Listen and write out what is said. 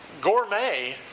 gourmet